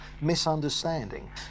misunderstanding